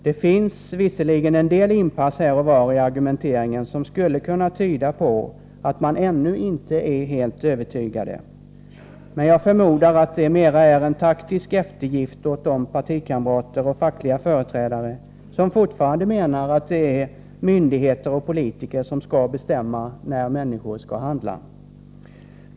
Det finns visserligen en del inpass här och var i argumenteringen som skulle kunna tyda på att man ännu inte är helt övertygad. Jag förmodar emellertid att det mera är en taktisk eftergift åt de partikamrater och fackliga företrädare som fortfarande menar att det är myndigheter och politiker som skall bestämma när människor skall handla.